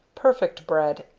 perfect bread,